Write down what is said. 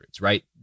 right